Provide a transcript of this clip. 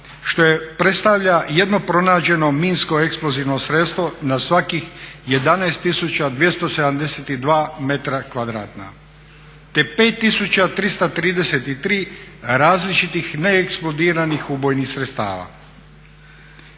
što predstavlja jedno pronađeno minsko eksplozivno sredstvo na svakih 11 tisuća 272 metra kvadratna te 5 tisuća 333 različitih neeksplodiranih ubojnih sredstava.